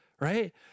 right